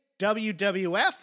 WWF